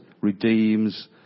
redeems